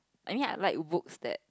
I mean I like books that